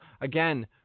...again